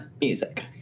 music